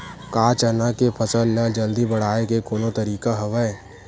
का चना के फसल ल जल्दी बढ़ाये के कोनो तरीका हवय?